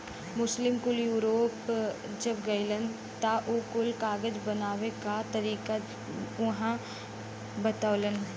मुस्लिम कुल यूरोप जब गइलन त उ कुल कागज बनावे क तरीका उहाँ बतवलन